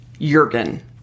Jurgen